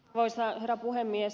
arvoisa herra puhemies